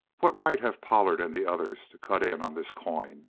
what right have pollard and the others to cut in on this coin?